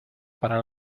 para